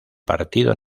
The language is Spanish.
partido